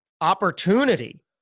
opportunity